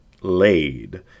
laid